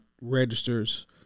registers